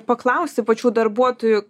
paklausti pačių darbuotojų